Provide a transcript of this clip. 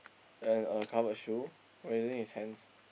and a covered shoe waving his hands